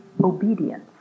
obedience